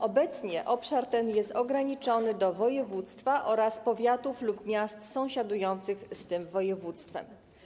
Obecnie obszar ten jest ograniczony do województwa oraz powiatów lub miast sąsiadujących z tym województwem.